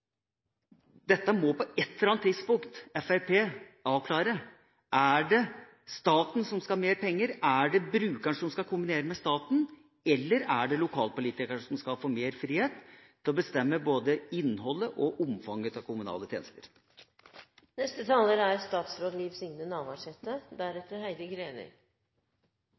Dette må på ett eller annet tidspunkt Fremskrittspartiet avklare: Er det staten som skal ha mer penger, er det brukeren som skal koordinere med staten, eller er det lokalpolitikerne som skal få mer frihet til å bestemme både innholdet i og omfanget av kommunale